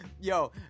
Yo